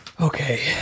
Okay